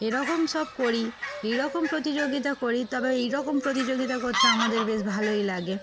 এরকম সব করি এইরকম প্রতিযোগিতা করি তবে এইরকম প্রতিযোগিতা করতে আমাদের বেশ ভালোই লাগে